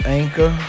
anchor